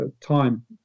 time